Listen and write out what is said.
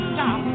Stop